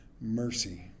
mercy